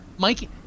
Mikey